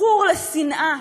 מכור לשנאה,